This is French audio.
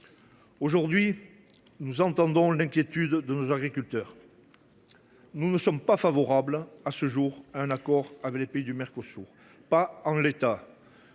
Aujourd’hui, nous entendons l’inquiétude de nos agriculteurs. Nous ne sommes pas favorables à ce jour à un accord avec les pays du Mercosur, en tout